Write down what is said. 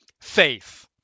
faith